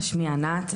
שמי ענת,